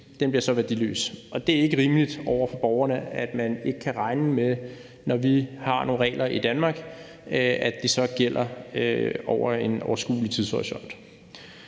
blive værdiløs. Og det er ikke rimeligt over for borgerne, at man ikke kan regne med, når vi har nogle regler i Danmark, at de så gælder over en overskuelig tidshorisont.